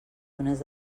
túnels